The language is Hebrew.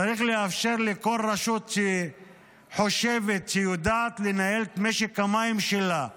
צריך לאפשר לכל רשות שחושבת שהיא יודעת לנהל את משק המים שלה לבדה,